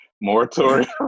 moratorium